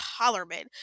Hollerman